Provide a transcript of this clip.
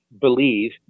believe